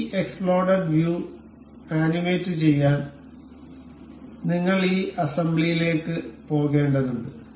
ഈ exploded view ആനിമേറ്റുചെയ്യാൻ നിങ്ങൾ ഈ അസംബ്ലിയിലേക്ക് പോകേണ്ടതുണ്ട്